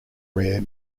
rare